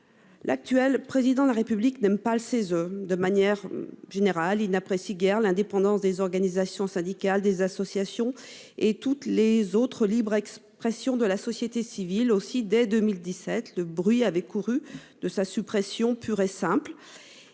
L'actuel président de la République n'aime pas le 16. De manière générale, il n'apprécie guère l'indépendance des organisations syndicales, des associations et toutes les autres libre expression de la société civile aussi dès 2017 le bruit avait couru de sa suppression pure et simple.